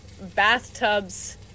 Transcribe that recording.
bathtubs